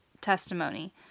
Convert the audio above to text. testimony